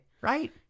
right